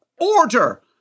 Order